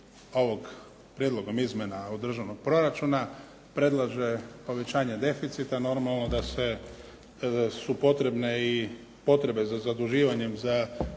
se prijedlogom izmjena održanog proračuna predlaže povećanje deficita normalno da su i potrebe za zaduživanjem za financiranje